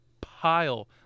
pile